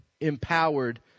empowered